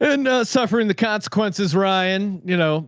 and suffering the consequences, ryan, you know,